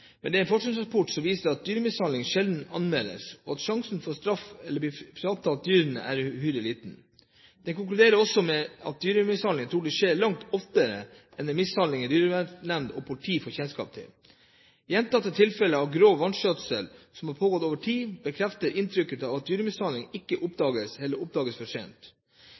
men en forskningsrapport viser at dyremishandling sjelden anmeldes, og at sjansen for å få straff eller bli fratatt dyrene er uhyre liten. Den konkluderer også med at dyremishandling trolig skjer langt oftere enn den mishandlingen dyrevernsnemnder og politi får kjennskap til. Gjentatte tilfeller av grov vanskjøtsel som har pågått over tid, bekrefter inntrykket av at dyremishandling ikke oppdages eller oppdages for sent.